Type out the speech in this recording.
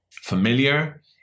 familiar